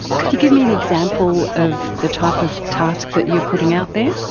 can you give me an example of the type of task that you are putting out there?